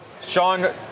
Sean